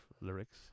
lyrics